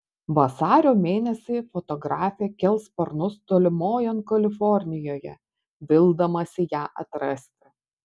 vasario mėnesį fotografė kels sparnus tolimojon kalifornijoje vildamasi ją atrasti